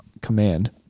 command